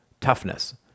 toughness